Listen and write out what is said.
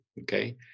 okay